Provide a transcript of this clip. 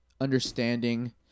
understanding